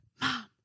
Mom